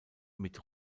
mit